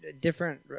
different